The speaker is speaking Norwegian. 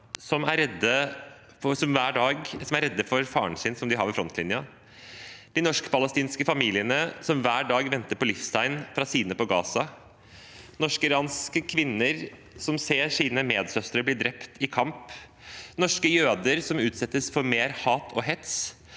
dag er redde for faren sin, som de har ved frontlinjen, de norsk-palestinske familiene som hver dag venter på livstegn fra sine på Gaza, norskiranske kvinner som ser sine medsøstre bli drept i kamp, norske jøder som utsettes for mer hat og hets,